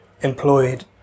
employed